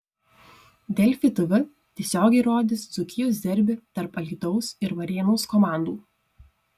delfi tv tiesiogiai rodys dzūkijos derbį tarp alytaus ir varėnos komandų